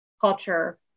culture